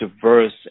diverse